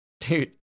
Dude